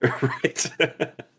right